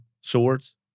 Swords